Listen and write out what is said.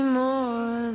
more